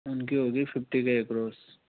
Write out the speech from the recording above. उनकी होगी फिफ़्टी के एक्रॉस